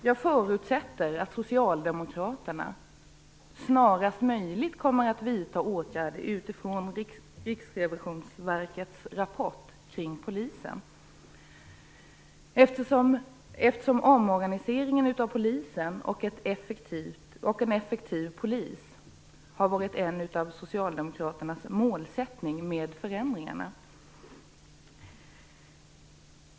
Jag förutsätter att Socialdemokraterna snarast möjligt kommer att vidta åtgärder utifrån Riksrevisionsverkets rapport om polisen, eftersom omorganiseringen av polisen och en effektiv polis har varit en av Socialdemokraternas målsättningar med förändringarna.